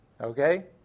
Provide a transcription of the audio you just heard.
Okay